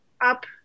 up